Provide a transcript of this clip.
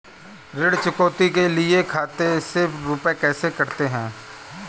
ऋण चुकौती के लिए खाते से रुपये कैसे कटते हैं?